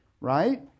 Right